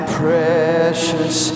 precious